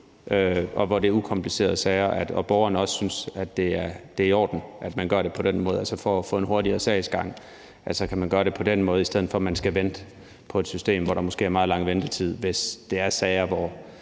og hvor det er ukomplicerede sager og borgeren også synes, at det er i orden, at man gør det på den måde. Altså, for at få en hurtigere sagsgang kan man gøre det på den måde, i stedet for at man skal vente på et system, hvor der måske er meget lang ventetid, hvis det er sager, hvor